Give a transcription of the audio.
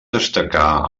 destacar